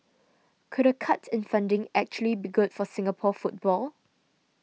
could a cut in funding actually be good for Singapore football